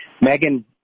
Megan